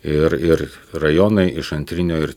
ir ir rajonai iš antrinio ir